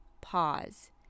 pause